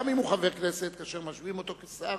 גם אם הוא חבר כנסת כאשר משביעים אותו כשר,